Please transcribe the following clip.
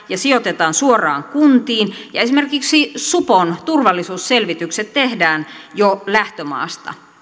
ja sijoitetaan suoraan kuntiin ja esimerkiksi supon turvallisuusselvitykset tehdään jo lähtömaassa